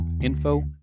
info